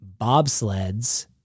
bobsleds